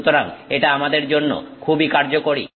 সুতরাং এটা আমাদের জন্য খুবই কার্যকরী